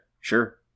sure